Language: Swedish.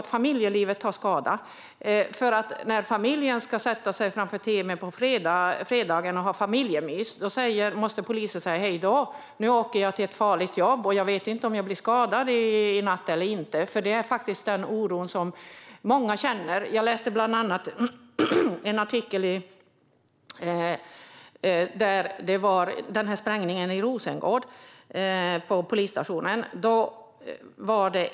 Familjelivet tar skada. När familjen ska sätta sig framför tv:n på fredagen och ha familjemys måste polisen säga: Hej då, nu åker jag till ett farligt jobb, och jag vet inte om jag blir skadad i natt eller inte! Det är den oro som många känner. Jag läste bland annat en artikel om sprängningen vid polisstationen i Rosengård.